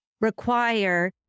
require